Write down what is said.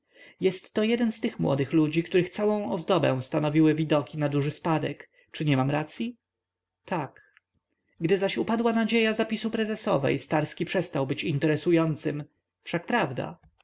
narzeczona jestto jeden z tych młodych ludzi których całą ozdobę stanowiły widoki na duży spadek czy nie mam racyi tak gdy zaś upadła nadzieja zapisu prezesowej starski przestał być interesującym wszak prawda